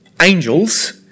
Angels